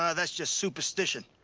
ah that's just superstition.